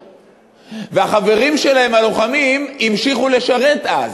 והחברים שלהם הלוחמים המשיכו לשרת אז.